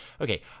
Okay